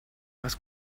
was